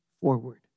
forward